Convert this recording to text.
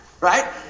Right